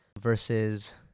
versus